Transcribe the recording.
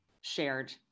shared